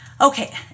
Okay